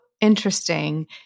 interesting